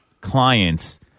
clients